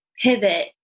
pivot